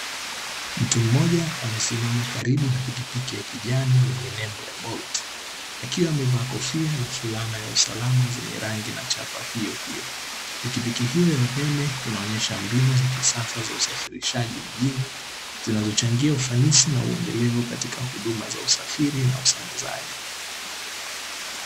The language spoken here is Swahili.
Mtu mmoja amesimama karibu na pikipiki ya kijani yenye nembo ya "Bolt" akiwa amevaa kofia na fulana ya usalama zenye rangi na chapa hiyo hiyo, pikipiki hiyo ya umeme inaonyesha mbinu za kisasa za usafirishaji mjini zinazochangia ufanisi na uendelevu katika huduma za usafiri na usambazaji.